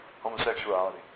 Homosexuality